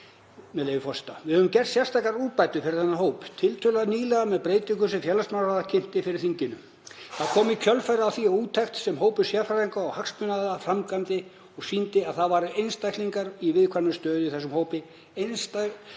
„Við höfum gert sérstakar úrbætur fyrir þennan hóp tiltölulega nýlega með breytingu sem félagsmálaráðherra kynnti fyrir þinginu. Það kom í kjölfarið á því að úttekt sem hópur sérfræðinga og hagsmunaaðila framkvæmdi sýndi að það væru einstaklingar í viðkvæmri stöðu í þessum hópi,